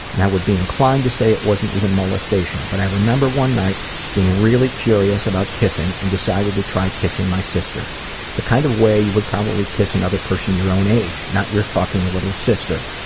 and i would be inclined to say it wasn't even molestation. but i remember one night being really curious about kissing, and decided to try kissing my sister the kind of way you would probably kiss another person your own age, not your fucking little sister.